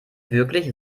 wirklich